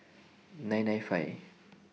nine nine five